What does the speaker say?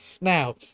now